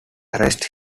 arrest